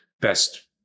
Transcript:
best